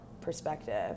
perspective